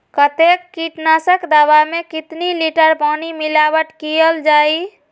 कतेक किटनाशक दवा मे कितनी लिटर पानी मिलावट किअल जाई?